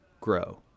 grow